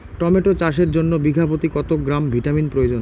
Tomato চাষের জন্য বিঘা প্রতি কত গ্রাম ভিটামিন প্রয়োজন?